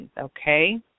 Okay